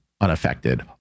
unaffected